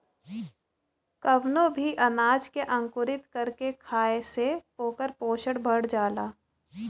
कवनो भी अनाज के अंकुरित कर के खाए से ओकर पोषण बढ़ जाला